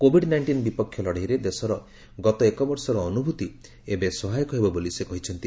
Covid nineteen ବିପକ୍ଷ ଲଢ଼େଇରେ ଦେଶର ଗତ ଏକ ବର୍ଷର ଅନୁଭୂତି ଏବେ ସହାୟକ ହେବ ବୋଲି ସେ କହିଛନ୍ତି